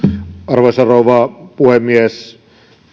arvoisa rouva puhemies